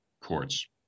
courts